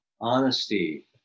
honesty